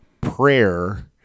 prayer